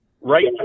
right